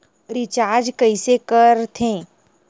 Recharge कइसे कर थे?